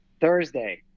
Thursday